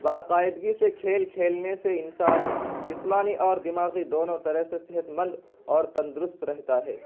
باقاعدگی سے کھیل کھیلنے سے انسان جسمانی اور دماغی دونوں طرح سے صحت مند اور تندرست رہتا ہے